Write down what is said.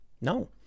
No